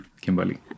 Kimberly